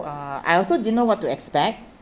uh I also didn't know what to expect